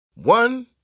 One